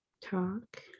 talk